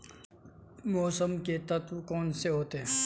मौसम के तत्व कौन कौन से होते हैं?